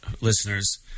listeners